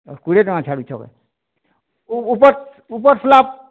କୋଡ଼ିଏ ଟଙ୍କା ଛାଡ଼ୁଛ ଉପର ଉପର ସ୍ଲାବ୍